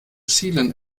schielen